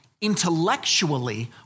intellectually